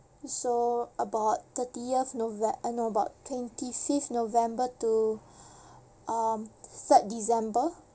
so about thirtieth novem~ uh no about twenty fifth november to um third december